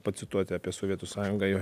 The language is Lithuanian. pacituoti apie sovietų sąjungą jo